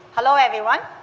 hello, everyone.